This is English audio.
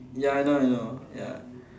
ya I know I know ya